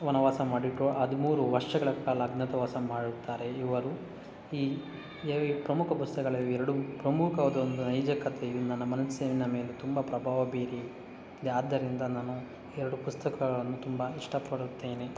ವನವಾಸ ಮಾಡಿದ್ರು ಹದಿಮೂರು ವರ್ಷಗಳ ಕಾಲ ಅಜ್ಞಾತವಾಸ ಮಾಡುತ್ತಾರೆ ಇವರು ಈ ಪ್ರಮುಖ ಪುಸ್ತಕಲ್ಲಿ ಇವು ಎರಡು ಪ್ರಮುಖವಾದ ಒಂದು ನೈಜ ಕಥೆಯು ನನ್ನ ಮನಸ್ಸಿನ ಮೇಲೆ ತುಂಬ ಪ್ರಭಾವ ಬೀರಿದೆ ಆದ್ದರಿಂದ ನಾನು ಎರಡು ಪುಸ್ತಕಗಳನ್ನು ತುಂಬ ಇಷ್ಟಪಡುತ್ತೇನೆ